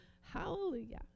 Hallelujah